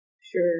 Sure